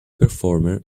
performer